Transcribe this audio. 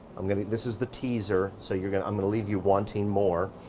i'm gonna. this is the teaser, so you're gonna. i'm gonna leave you wanting more.